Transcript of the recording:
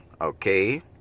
Okay